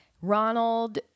Ronald